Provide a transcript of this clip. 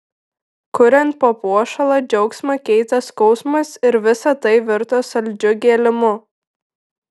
kuriant papuošalą džiaugsmą keitė skausmas ir visa tai virto saldžiu gėlimu